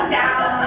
down